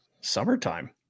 summertime